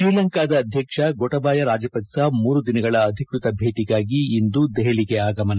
ಶ್ರೀಲಂಕಾದ ಅಧ್ಯಕ್ಷ ಗೊಣಬಯ ರಾಜಪಕ್ಸ ಮೂರು ದಿನಗಳ ಅಧಿಕೃತ ಭೇಟಿಗಾಗಿ ಇಂದು ದೆಹಲಿಗೆ ಆಗಮನ